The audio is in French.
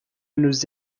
nous